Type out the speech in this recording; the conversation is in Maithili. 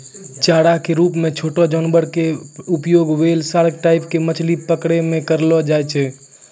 चारा के रूप मॅ छोटो जानवर के उपयोग व्हेल, सार्क टाइप के मछली पकड़ै मॅ करलो जाय छै